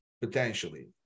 potentially